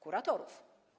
Kuratorów.